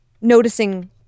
noticing